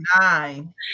nine